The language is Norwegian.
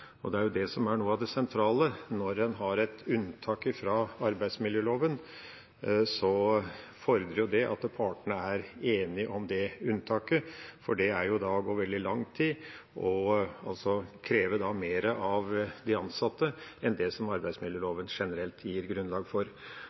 har et unntak fra arbeidsmiljøloven, fordrer det at partene er enige om det unntaket, for det går veldig langt i å kreve mer av de ansatte enn det som arbeidsmiljøloven generelt gir grunnlag for.